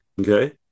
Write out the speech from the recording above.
Okay